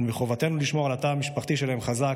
ומחובתנו לשמור על התא המשפחתי שלהם חזק,